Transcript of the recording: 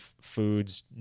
foods